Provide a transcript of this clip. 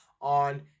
on